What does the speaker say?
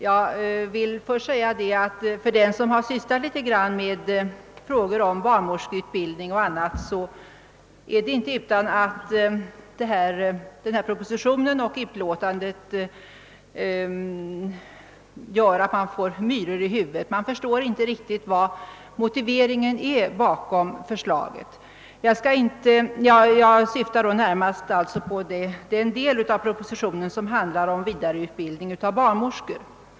Har man sysslat litet med bl.a. frågor om barnmorskeutbildning, är det inte utan att både propositionen och utlåtandet sätter myror i huvudet på en. Man förstår inte riktigt vad motiveringen är bakom förslaget; jag syftar alltså närmast på den del av propositionen som handlar om vidareutbildning av barnmorskor.